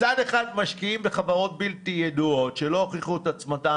מצד אחד משקיעים בחברות בלתי ידועות שלא הוכיחו את עצמן